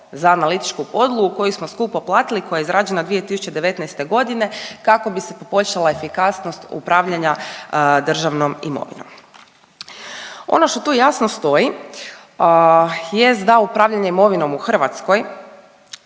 za analitičku podlogu koju smo skupo platili i koja je izrađena 2019. kako bi se poboljšala efikasnost upravljanja državnom imovinom. Ono što tu jasno stoji jest da upravljanje imovinom u Hrvatskoj